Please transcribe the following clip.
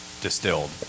distilled